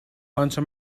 انچه